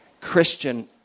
Christian